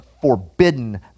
forbidden